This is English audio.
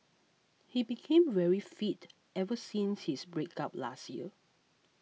he became very fit ever since his breakup last year